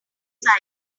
that